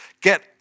Get